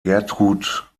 gertrud